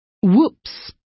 Whoops